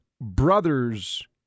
brothers